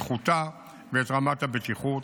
את איכותה ואת רמת הבטיחות,